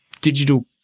digital